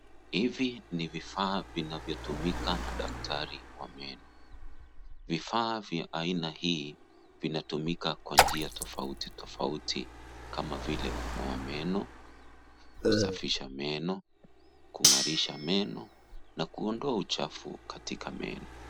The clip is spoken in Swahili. Hivi ni vifaa vinayotumika na daktari wa meno. Vifaa vya aina hii vinatumika kwa njia tofauti tofauti kama vile kung'oa meno, kusafisha meno, kung'arisha meno, na kuondoa uchafu katika meno.